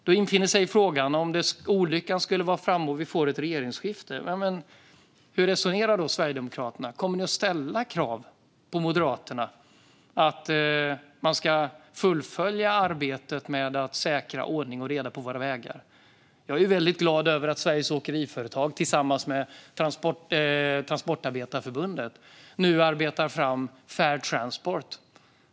Då infinner sig frågan: Om olyckan skulle vara framme och vi får ett regeringsskifte, hur resonerar då Sverigedemokraterna? Kommer ni att ställa krav på Moderaterna att fullfölja arbetet med att säkra ordning och reda på våra vägar? Jag är väldigt glad över att Sveriges Åkeriföretag tillsammans med Transportarbetareförbundet nu arbetar fram Fair Transport.